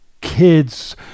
kids